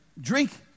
drink